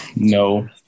No